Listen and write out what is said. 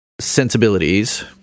sensibilities